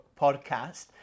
podcast